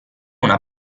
una